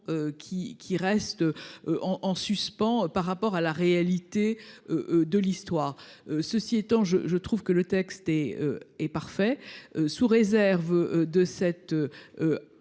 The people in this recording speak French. qui reste. En suspens par rapport à la réalité. De l'histoire. Ceci étant je je trouve que le texte est est parfait. Sous réserve de cette.